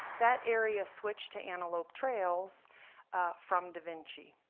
that area switched to antelope trails from da vinci.